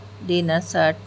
dinner set